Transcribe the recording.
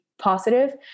positive